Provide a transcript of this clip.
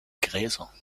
gräser